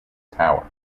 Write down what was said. tower